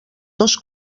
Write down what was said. dos